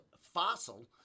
fossil